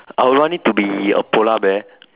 I would want it to be a polar bear